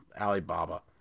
Alibaba